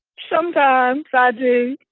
sometimes, i do.